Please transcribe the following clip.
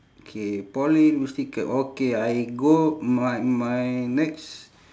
K poly university c~ okay I go my my next